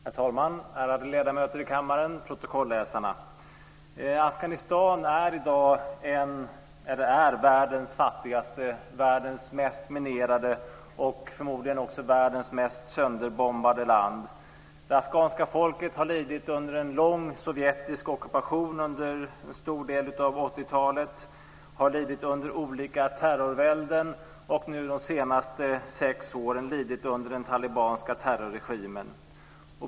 Herr talman! Ärade ledamöter i kammaren! Protokollsläsare! Afghanistan är världens fattigaste, världens mest minerade och förmodligen också världens mest sönderbombade land. Det afghanska folket har lidit under en lång sovjetisk ockupation under en stor del av 80-talet, har lidit under olika terrorvälden och nu de senaste sex åren lidit under den talibanska terrorregimen.